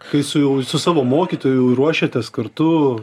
kai su jau su savo mokytoju ruošėtės kartu